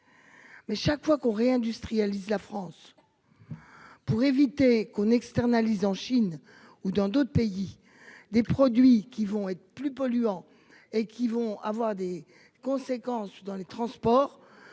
Mais chaque fois qu'on réindustrialiser la France. Pour éviter qu'on externalise en Chine ou dans d'autres pays. Des produits qui vont être plus polluant et qui vont avoir des conséquences dans les transports.